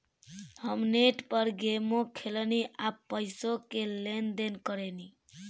हम नेट पर गेमो खेलेनी आ पइसो के लेन देन करेनी